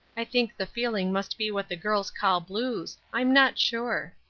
i think the feeling must be what the girls call blues i am not sure.